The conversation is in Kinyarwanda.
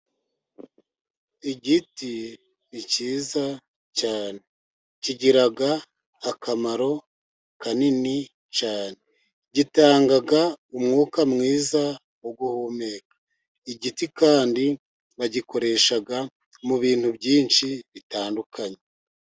Igiti ni cyiza cyane, kigira akamaro kanini cyane, gitanga umwuka mwiza wo guhumeka. Igiti kandi bagikoresha mu bintu byinshi bitandukanye.